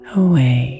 away